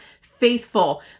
faithful